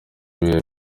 ibihe